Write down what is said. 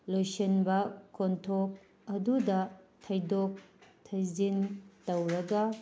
ꯂꯣꯏꯁꯤꯟꯕ ꯈꯣꯟꯊꯣꯛ ꯑꯗꯨꯗ ꯊꯩꯗꯣꯛ ꯊꯩꯖꯤꯟ ꯇꯧꯔꯒ